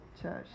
church